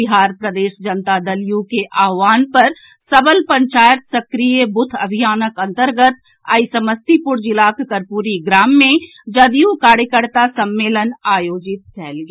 बिहार प्रदेश जनता दल यू के आहवान पर सबल पंचायत सक्रिय बूथ अभियानक अंतर्गत आइ समस्तीपुर जिलाक कर्पुरी ग्राम मे जदयू कार्यकर्ता सम्मेलन आयोजित कयल गेल